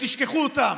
ותשכחו אותם.